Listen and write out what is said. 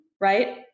right